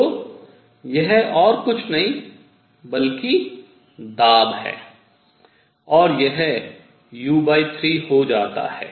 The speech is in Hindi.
तो यह और कुछ नहीं बल्कि दाब है और यह u 3 हो जाता है